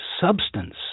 substance